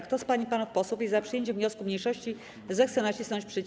Kto z pań i panów posłów jest za przyjęciem wniosku mniejszości, zechce nacisnąć przycisk.